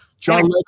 john